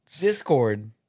Discord